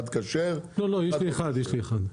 אחד כשר ואחד רגיל.